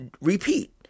repeat